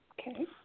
Okay